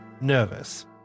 nervous